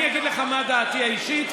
אני אגיד לך מה דעתי האישית,